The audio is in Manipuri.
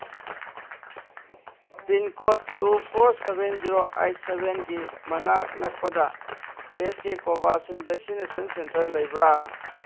pincode two four seven zero eight ꯁꯕꯦꯟꯒꯤ ꯃꯅꯥꯛ ꯅꯛꯄꯗ ꯄꯦꯠꯀꯤ ꯀꯣꯕꯥꯁꯤꯟ ꯚꯦꯛꯁꯤꯅꯦꯁꯟ ꯁꯦꯟꯇꯔ ꯂꯩꯕ꯭ꯔꯥ